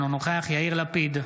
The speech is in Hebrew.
אינו נוכח יאיר לפיד,